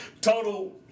total